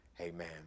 amen